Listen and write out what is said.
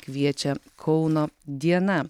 kviečia kauno diena